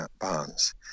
bonds